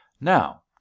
Now